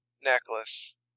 Necklace